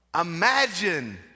Imagine